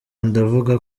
ndavuga